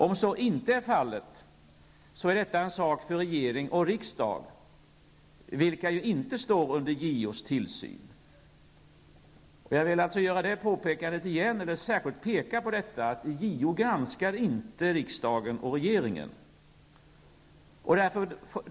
Om så inte är fallet, är detta en sak för regering och riksdag -- vilka ju inte står under Jag vill särskilt påpeka att JO inte granskar riksdagen och regeringen.